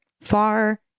far